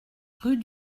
rue